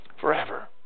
forever